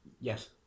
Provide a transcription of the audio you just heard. Yes